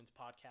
podcast